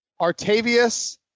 Artavius